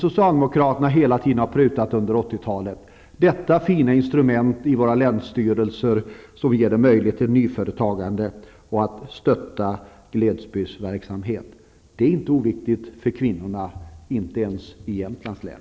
Socialdemokraterna har hela tiden under 80-talet prutat på länsanslagen, detta fina instrument i våra länsstyrelser som ger möjligheter att starta nya företag och att stötta glesbygdsverksamhet. Det är inte oviktigt för kvinnorna, inte ens i Jämtlands län.